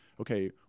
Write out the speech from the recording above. Okay